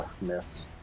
Miss